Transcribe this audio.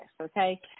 okay